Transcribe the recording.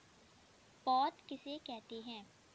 पौध किसे कहते हैं?